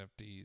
NFTs